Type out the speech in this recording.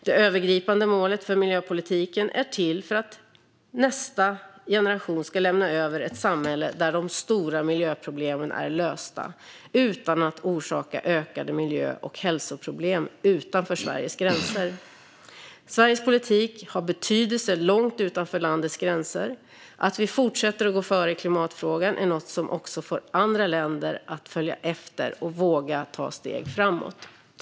Det övergripande målet för miljöpolitiken är att till nästa generation lämna över ett samhälle där de stora miljöproblemen är lösta utan att orsaka ökade miljö och hälsoproblem utanför Sveriges gränser. Sveriges politik har betydelse långt utanför landets gränser. Att vi fortsätter att gå före i klimatfrågan är något som också får andra länder att följa efter och våga ta steg framåt.